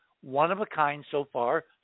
one-of-a-kind-so-far